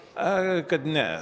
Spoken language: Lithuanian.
ai kad ne